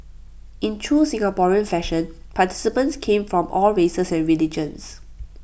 in true Singaporean fashion participants came from all races and religions